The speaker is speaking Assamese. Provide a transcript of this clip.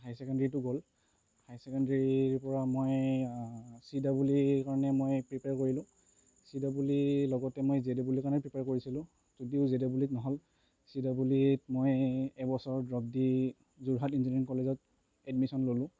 হাই ছেকেণ্ডেৰীটো গ'ল হাই ছেকেণ্ডেৰীৰ পৰা মই চি ডাবুল ই ৰ কাৰণে মই প্ৰিপেয়াৰ কৰিলোঁ চি ডাবুল ই ৰ লগতে মই জে ডাবুল ই ৰ কাৰণেও প্ৰিপেয়াৰ কৰিছিলোঁ যদিও জে ডাবুল ই ত নহ'ল চি ডাবুল ই ত মই এবছৰ ড্ৰপ দি যোৰহাট ইঞ্জিনিয়াৰিং কলেজত এডমিছন ল'লোঁ